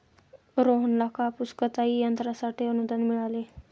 रोहनला कापूस कताई यंत्रासाठी अनुदान मिळाले